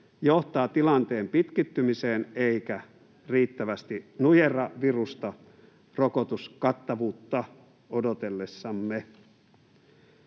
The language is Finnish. johtaa tilanteen pitkittymiseen eikä riittävästi nujerra virusta rokotuskattavuutta odotellessamme.